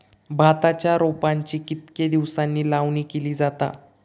भाताच्या रोपांची कितके दिसांनी लावणी केली जाता?